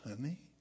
honey